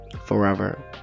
forever